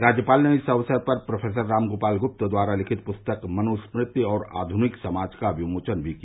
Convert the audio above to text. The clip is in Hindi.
राज्यपाल ने इस अवसर पर प्रोफेसर रामगोपाल गुप्त द्वारा लिखित पुस्तक मनुस्ति और आधुनिक समाज का विमोचन भी किया